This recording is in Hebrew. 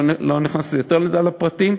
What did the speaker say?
לא נכנס יותר מדי לפרטים,